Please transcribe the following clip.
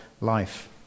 life